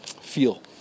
feel